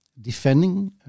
Defending